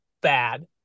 bad